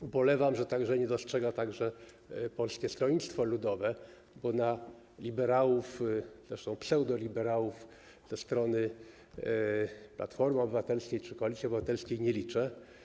Ubolewam nad tym, że nie dostrzega tego także Polskie Stronnictwo Ludowe, bo na liberałów, zresztą pseudoliberałów, ze strony Platformy Obywatelskiej czy Koalicji Obywatelskiej nie liczę.